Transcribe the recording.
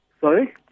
Sorry